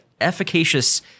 efficacious